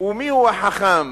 ומיהו החכם,